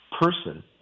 person